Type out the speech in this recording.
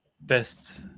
best